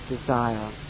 desire